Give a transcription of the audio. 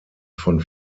von